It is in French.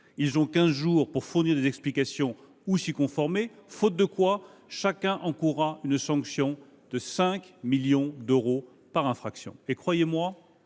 ils ont quinze jours pour fournir des explications ou se conformer à la loi, faute de quoi chacun encourra une sanction de 5 millions d’euros par infraction. Croyez moi,